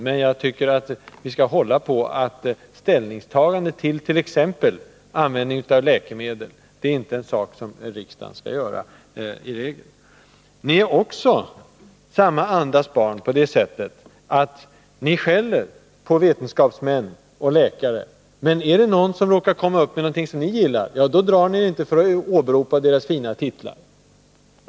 Men vi bör hålla på, att ett ställningstagande till exempelvis användningen av läkemedel är något som riksdagen bör låta bli. Ni är också samma andas barn på det sättet att ni skäller på vetenskapsmän och läkare. Men är det någon som råkar göra ett uttalande som ni gillar, drar ni er inte för att åberopa den fina titeln.